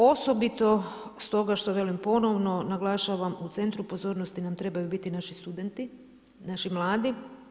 Osobito stoga što velim ponovno naglašavam u centru pozornosti nam trebaju biti naši studenti, naši mladi.